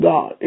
God